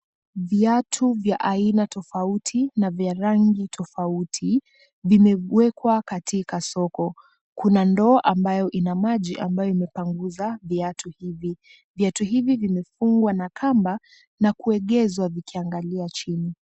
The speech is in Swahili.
Viatu vya aina tofauti na vya rangi tofauti, vimewekwa katika soko. Kuna ndoo ambayo ina maji ambayo imepanguza viatu hivi. Viatu hivi vimefungwa na kamba na kuegezwa vikiangalia chini.